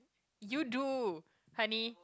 you do honey